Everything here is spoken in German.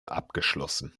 abgeschlossen